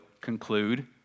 conclude